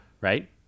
Right